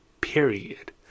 Period